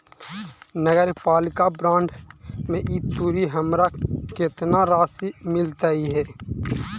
नगरपालिका बॉन्ड में ई तुरी हमरा केतना राशि मिललई हे?